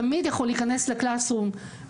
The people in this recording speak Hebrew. הוא תמיד יכול להיכנס ל- Classes roomולמצוא